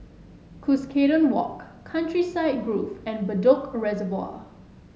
Cuscaden Walk Countryside Grove and Bedok Reservoir